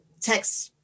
text